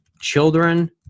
children